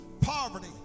poverty